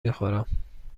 میخورم